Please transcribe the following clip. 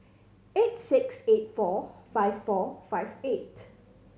eight six eight four five four five eight